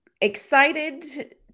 Excited